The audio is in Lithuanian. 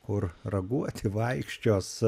kur raguoti vaikščios